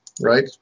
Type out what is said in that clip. right